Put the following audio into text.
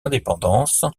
indépendance